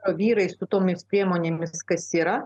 o vyrai su tomis priemonėmis kas yra